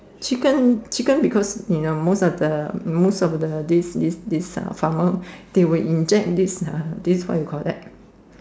chicken chicken because you know most of the most of the this this this uh farmer they will inject this uh this what you call that